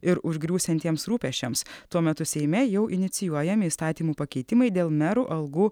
ir užgriūsiantiems rūpesčiams tuo metu seime jau inicijuojami įstatymų pakeitimai dėl merų algų